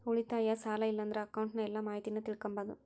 ಉಳಿತಾಯ, ಸಾಲ ಇಲ್ಲಂದ್ರ ಅಕೌಂಟ್ನ ಎಲ್ಲ ಮಾಹಿತೀನ ತಿಳಿಕಂಬಾದು